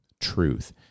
truth